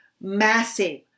massive